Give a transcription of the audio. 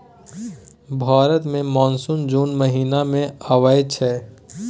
भारत मे मानसून जुन महीना मे आबय छै